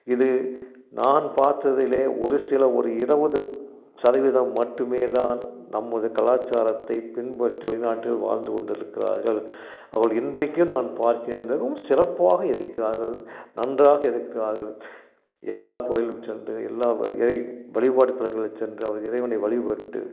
இது நான் பாத்ததில் ஒரு சில ஒரு இருபது சதவீதம் மட்டுமே தான் நம்முது கலாச்சாரத்தை பின்பற்று நாட்டில் வாழ்ந்து கொண்டு இருக்கிறார்கள் அவர் இன்றைக்கும் நான் பார்க்கிறேன் மிகவும் சிறப்பாக இருக்கிறார்கள் நன்றாக இருக்கிறார்கள் எல்லா கோயிலும் சென்று எல்லா இறை வழிபாடு தளங்களுக்கு சென்று அவர் இறைவனை வழிபட்டு